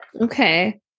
Okay